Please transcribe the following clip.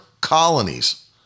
colonies